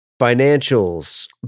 Financials